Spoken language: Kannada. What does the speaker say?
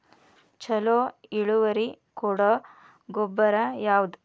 ಛಲೋ ಇಳುವರಿ ಕೊಡೊ ಗೊಬ್ಬರ ಯಾವ್ದ್?